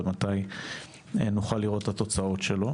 ומתי נוכל לראות את התוצאות שלו.